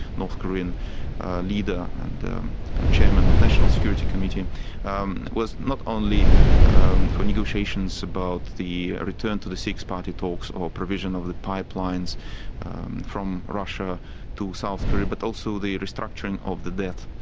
north korean leader and chairman of national security committee, and um was not only for negotiations about the return to the six party talks or provision of the pipelines from russia to south korea, but also the restructuring of the debt.